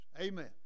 Amen